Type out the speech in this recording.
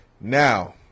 Now